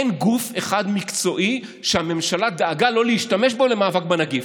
אין גוף אחד מקצועי שהממשלה דאגה לא להשתמש בו למאבק בנגיף.